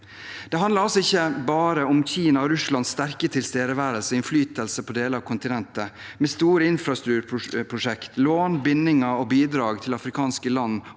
Det handler altså ikke bare om Kinas og Russlands sterke tilstedeværelse og innflytelse på deler av kontinentet, med store infrastrukturprosjekt, lån, bindinger og bidrag til afrikanske lands